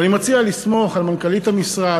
ואני מציע לסמוך על מנכ"לית המשרד,